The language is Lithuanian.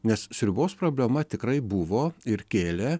nes sriubos problema tikrai buvo ir kėlė